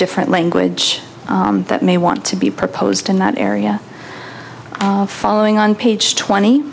different language that may want to be proposed in that area following on page twenty